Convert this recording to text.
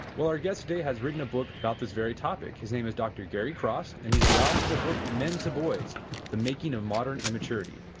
well, our guest today has written a book about this very topic, his name is dr. gary cross and he is the author of the book men to boys the making of modern immaturity.